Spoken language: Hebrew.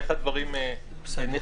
איך הדברים נחקקו,